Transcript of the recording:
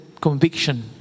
Conviction